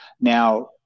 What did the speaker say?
Now